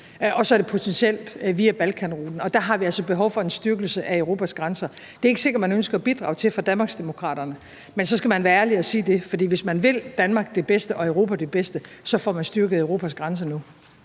og potentielt via Balkanruten, og der har vi altså behov for en styrkelse af Europas grænser. Det er ikke sikkert, man ønsker at bidrage til det fra Danmarksdemokraterne, men så skal man være ærlig at sige det. For hvis man vil Danmark det bedste og Europa det bedste, får man styrket Europas grænser nu.